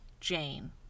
Jane